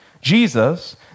Jesus